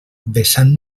vessant